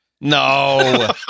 No